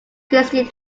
christian